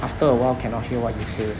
after a while cannot hear what you say